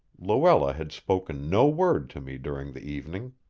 luella had spoken no word to me during the evening.